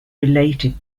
related